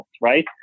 right